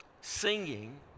singing